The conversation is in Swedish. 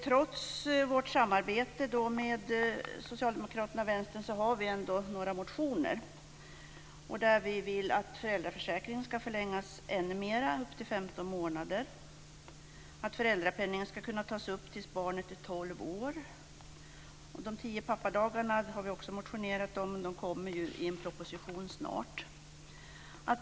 Trots vårt samarbete med Socialdemokraterna och Vänstern har vi några motioner där vi vill att föräldraförsäkringen ska förlängas ännu mer, upp till 15 månader, och att föräldrapenningen ska kunna tas ut tills barnet är tolv år. De tio pappadagarna har vi också motionerat om, och de kommer i en proposition snart.